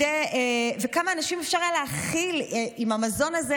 כמה אנשים אפשר היה להאכיל עם המזון הזה,